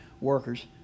workers